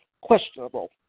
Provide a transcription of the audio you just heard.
questionable